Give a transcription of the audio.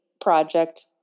project